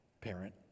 parent